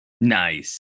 Nice